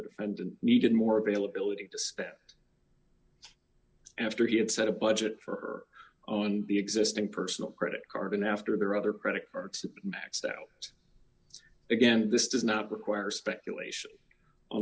defendant needed more availability to spend it after he had set a budget for her on the existing personal credit card and after their other product perks maxed out again and this does not require speculation on